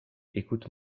écoute